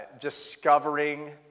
discovering